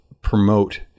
promote